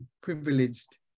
privileged